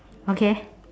okay